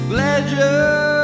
Pleasure